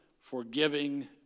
forgiving